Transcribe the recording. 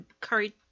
curry